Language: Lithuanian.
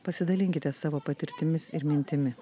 pasidalinkite savo patirtimis ir mintimi